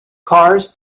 cars